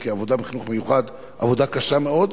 כי העבודה בחינוך מיוחד היא עבודה קשה מאוד.